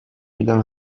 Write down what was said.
میدم